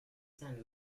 send